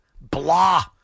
Blah